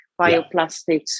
bioplastics